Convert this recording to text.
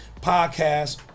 podcast